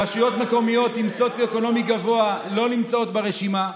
רשויות מקומיות עם סוציו-אקונומי גבוה לא נמצאות ברשימה.